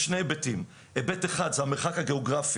בשני היבטים: היבט אחד זה המרחק הגיאוגרפי